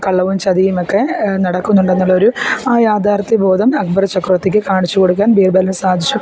കള്ളവും ചതിയുമൊക്കെ നടക്കുന്നുണ്ടെന്നുള്ളൊരു ആ യാഥാർത്ഥ്യബോധം അക്ബർ ചക്രവർത്തിക്ക് കാണിച്ചു കൊടുക്കാൻ ബീര്ബലിനു സാധിച്ചു